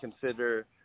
consider